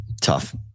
Tough